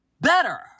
better